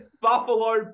Buffalo